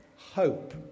hope